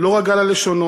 לא רגל על לשֹנו